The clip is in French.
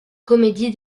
comédie